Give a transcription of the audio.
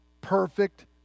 perfect